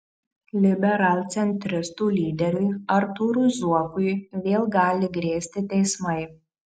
liberalcentristų lyderiui artūrui zuokui vėl gali grėsti teismai